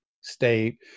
state